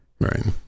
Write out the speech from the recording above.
Right